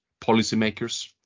policymakers